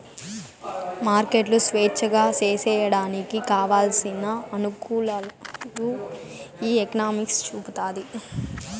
మార్కెట్లు స్వేచ్ఛగా సేసేయడానికి కావలసిన అనుకూలాలు ఈ ఎకనామిక్స్ చూపుతాది